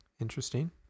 interesting